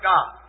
God